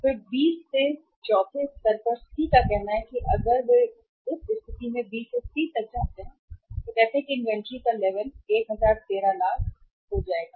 और फिर बी से चौथे स्तर पर C का कहना है कि अगर वे उस स्थिति में B से C तक जाते हैं तो कहते हैं कि इन्वेंट्री लेवल 1013 लाख हो जाएगा